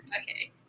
Okay